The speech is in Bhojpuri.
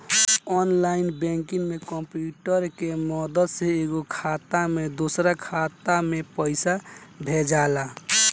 ऑनलाइन बैंकिंग में कंप्यूटर के मदद से एगो खाता से दोसरा खाता में पइसा भेजाला